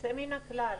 יוצא מן הכלל.